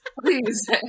Please